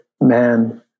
man